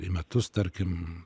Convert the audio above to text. į metus tarkim